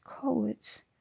cowards